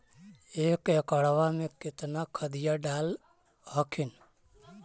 एक एकड़बा मे कितना खदिया डाल हखिन?